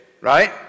right